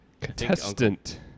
Contestant